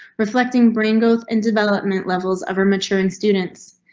reflecting brain growth and development levels of our maturing students,